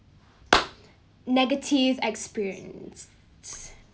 negative experience